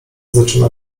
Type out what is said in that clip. zaczyna